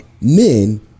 men